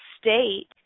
state